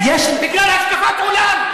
בגלל השקפת עולם,